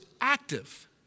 active